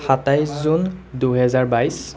সাতাইছ জুন দুহেজাৰ বাইশ